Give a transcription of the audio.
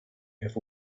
have